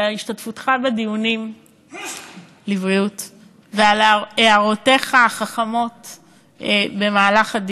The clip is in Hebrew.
על השתתפותך בדיונים ועל הערותיך החכמות בהם.